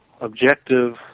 objective